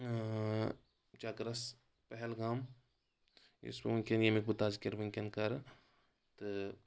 چکرس پہلگام یُس بہٕ ؤنکیٚن ییٚمیُک بہٕ تزکرٕ ؤنکیٚن کرٕ تہٕ